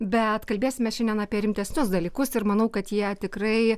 bet kalbėsimės šiandien apie rimtesnius dalykus ir manau kad jie tikrai